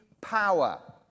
power